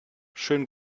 schönen